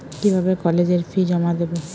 কিভাবে কলেজের ফি জমা দেবো?